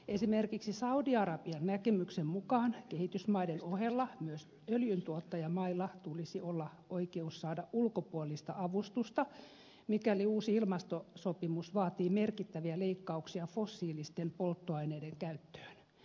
esimerkiksi saudi arabian näkemyksen mukaan kehitysmaiden ohella myös öljyntuottajamailla tulisi olla oikeus saada ulkopuolista avustusta mikäli uusi ilmastosopimus vaatii merkittäviä leikkauksia fossiilisten polttoaineiden käyttöön